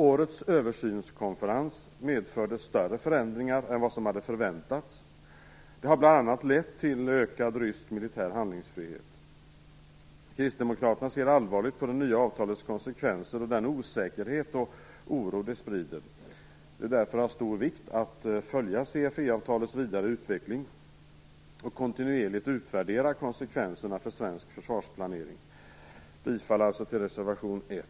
Årets översynskonferens medförde större förändringar än vad som hade förväntats. Det har bl.a. lett till ökad rysk militär handlingsfrihet. Kristdemokraterna ser allvarligt på det nya avtalets konsekvenser och den osäkerhet och oro det sprider. Det är därför av stor vikt att följa CFE-avtalets vidare utveckling och kontinuerligt utvärdera konsekvenserna för svensk försvarsplanering. Jag yrkar bifall till reservation 1.